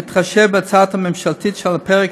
ובהתחשב בהצעה הממשלתית שעל הפרק,